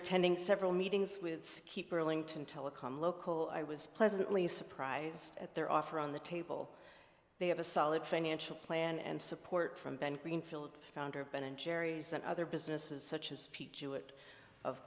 attending several meetings with keep telecom local i was pleasantly surprised at their offer on the table they have a solid financial plan and support from ben greenfield founder of ben and jerry's and other businesses such as